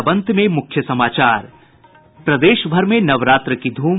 और अब अंत में मुख्य समाचार प्रदेशभर में नवरात्र की धूम